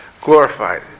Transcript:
glorified